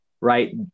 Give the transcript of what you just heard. right